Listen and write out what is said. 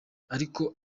ariko